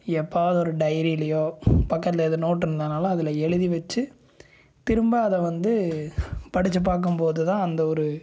எப்பவாவது ஒரு டைரியிலியோ பக்கத்தில் எது நோட்டுருந்தனால் அதில் எழுதி வச்சு திரும்ப அதை வந்து படித்து பார்க்கும் போது தான் அந்த ஒரு